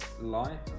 life